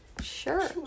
Sure